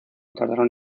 tardaron